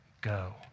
go